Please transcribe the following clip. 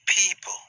people